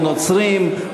או נוצרים,